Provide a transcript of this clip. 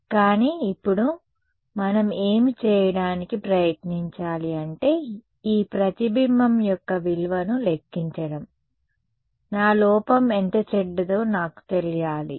కానీ ఇప్పుడు మనం ఏమి చేయడానికి ప్రయత్నించాలి అంటే ఈ ప్రతిబింబం యొక్క విలువను లెక్కించడం నా లోపం ఎంత చెడ్డదో నాకు తెలియాలి